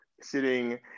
sitting